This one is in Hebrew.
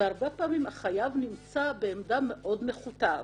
והרבה פעמים החייב נמצא בעמדה מאוד נחותה.